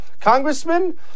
congressman